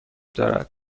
دارد